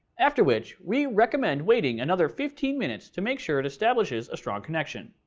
after which, we recommend waiting another fifteen minutes to make sure it establishes a strong connection.